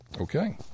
Okay